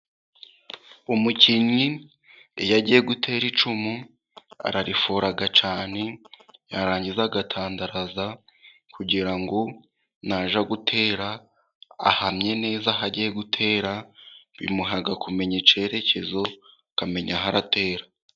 Umukinyi iyo agiye gutera icumu ararifora cyane yarangiza agatandaraza kugira ngo najya gutera ahamye neza aho agiye gutera, bimuha kumenya icyerekezo akamenya aho aratera.